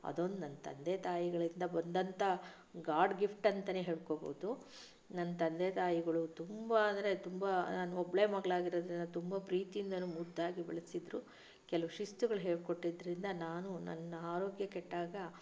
ಅದೊಂದು ನನ್ನ ತಂದೆ ತಾಯಿಗಳಿಂದ ಬಂದಂಥ ಗಾಡ್ ಗಿಫ್ಟ್ ಅಂತನೇ ಹೇಳ್ಕೋಬೋದು ನನ್ನ ತಂದೆ ತಾಯಿಗಳು ತುಂಬ ಅಂದರೆ ತುಂಬ ನಾನು ಒಬ್ಬಳೆ ಮಗಳಾಗಿರೋದರಿಂದ ತುಂಬ ಪ್ರೀತಿಯಿಂದಾನು ಮುದ್ದಾಗಿ ಬೆಳೆಸಿದ್ರು ಕೆಲವು ಶಿಸ್ತುಗಳು ಹೇಳಿಕೊಟ್ಟಿದ್ರಿಂದ ನಾನು ನನ್ನ ಆರೋಗ್ಯ ಕೆಟ್ಟಾಗ